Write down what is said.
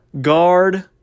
guard